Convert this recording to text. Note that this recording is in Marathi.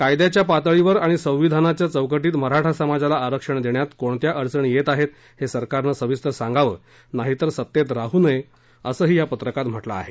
कायद्याच्या पातळीवर आणि संविधानाच्या चौकटीत मराठा समाजाला आरक्षण देण्यात कोणत्या अडचणी येत आहेत हे सरकारनं सविस्तर सांगावं नाही तर सत्तेत राहू नये असंही या पत्रकात म्हटलं आहे